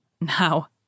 Now